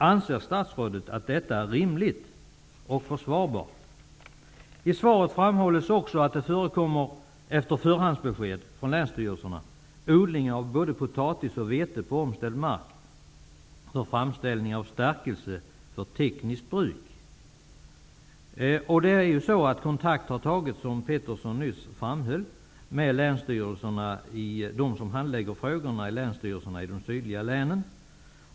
Anser statsrådet att detta är rimligt och försvarbart? I svaret framhålls det också att det efter det att förhandsbesked har lämnats från länsstyrelserna förekommer odlingar av både potatis och vete på omställd mark för framställning av stärkelse för tekniskt bruk. Som Petersson nyss framhöll har kontakter tagits med dem som handlägger frågorna i länsstyrelserna i de sydliga länen.